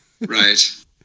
Right